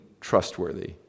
trustworthy